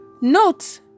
Note